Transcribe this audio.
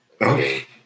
Okay